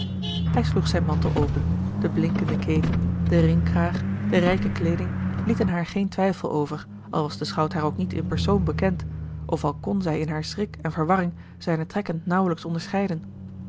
hij sloeg zijn mantel open de blinkende keten de ringkraag de rijke kleeding lieten haar geen twijfel over al was de schout haar ook niet in persoon bekend of al kon zij in haar schrik en verwarring zijne trekken nauwelijks onderscheiden